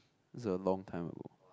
that's a long time ago